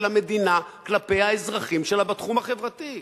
המדינה כלפי האזרחים שלה בתחום החברתי.